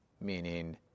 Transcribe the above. meaning